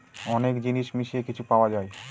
অনেক জিনিস মিশিয়ে কিছু পাওয়া যায়